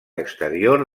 exterior